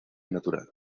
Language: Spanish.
natural